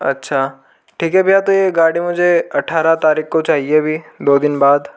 अच्छा ठीक है भय्या तो ये गाड़ी मुझे अट्ठारह तारीक़ को चाहिए अभी दो दिन बाद